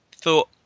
thought